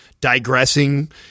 digressing